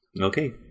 Okay